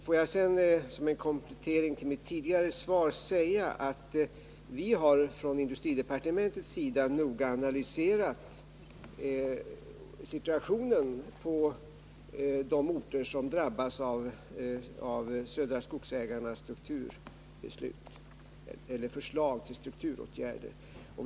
Får jag sedan som en komplettering till mitt tidigare svar säga att industridepartementet noga analyserat situationen på de orter som skulle drabbas om Södra Skogsägarna AB:s förslag till strukturåtgärder förverkligades.